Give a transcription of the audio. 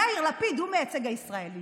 יאיר לפיד, הוא מייצג הישראליות.